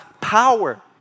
power